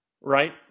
right